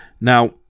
Now